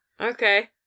Okay